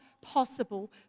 possible